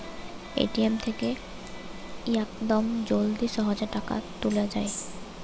ATM থেকে ইয়াকদম জলদি সহজে টাকা তুলে যায়